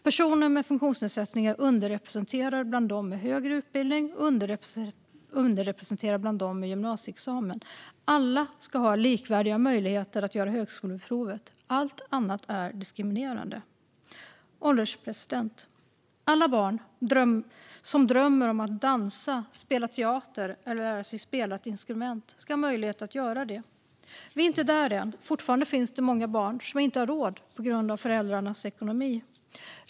Personer med funktionsnedsättning är underrepresenterade bland dem med högre utbildning och bland dem med gymnasieexamen. Alla ska ha likvärdiga möjligheter att göra högskoleprovet - allt annat är diskriminerande. Herr ålderspresident! Alla barn som drömmer om att dansa, spela teater eller lära sig spela ett instrument ska ha möjlighet att göra det. Vi är inte där än. Fortfarande finns det många barn som inte har råd på grund av föräldrarnas ekonomi.